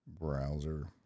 browser